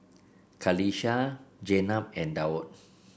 Qalisha Jenab and Daud